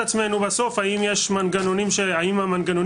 עצמנו בסוף היא האם המנגנונים שנקבעו,